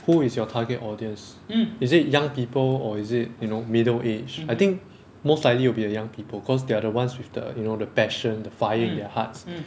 who is your target audience is it young people or is it you know middle age I think most likely will be the young people cause they are the ones with the you know the passion the fire in their hearts